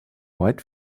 white